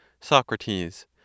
Socrates